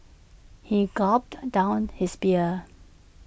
he gulped down his beer